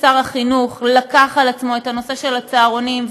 בנושא הצהרונים,